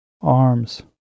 arms